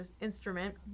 instrument